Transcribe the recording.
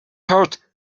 hurt